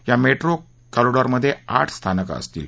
या metro corridor मध्ये आठ स्थानकं असतील